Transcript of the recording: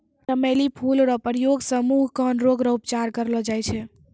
चमेली फूल रो प्रयोग से मुँह, कान रोग रो उपचार करलो जाय छै